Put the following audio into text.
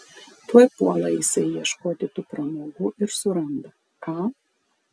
tuoj puola jisai ieškoti tų pramogų ir suranda ką